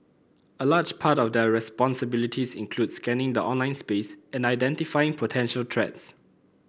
a large part of their responsibilities includes scanning the online space and identifying potential threats